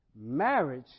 Marriage